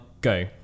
go